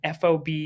FOB